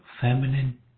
feminine